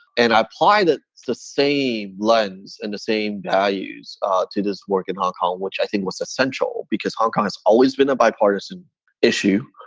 and i apply that the same lens and the same values to this work in hong kong, which i think was essential because hong kong has always been a bipartisan issue.